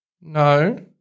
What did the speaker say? no